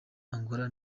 angola